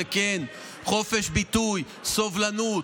וכן, חופש ביטוי, סובלנות,